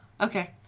okay